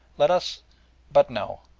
let us but no!